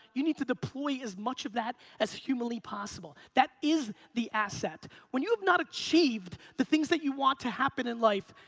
you need to deploy as much of that as humanly possible. that is the asset. when you have not achieved the things that you want to happen in life,